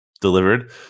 delivered